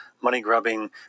money-grubbing